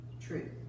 truth